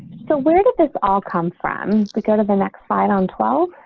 so where did this all come from, we go to the next slide on twelve